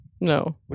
No